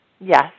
Yes